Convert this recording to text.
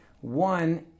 One